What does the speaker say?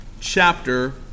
chapter